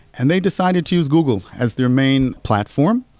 and they decided to use google as their main platform,